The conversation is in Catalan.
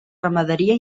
ramaderia